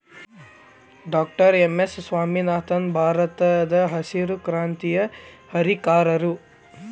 doctor M S Swaminathan ಭಾರತದಹಸಿರು ಕ್ರಾಂತಿಯ ಹರಿಕಾರರು